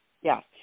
yes